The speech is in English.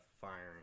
firing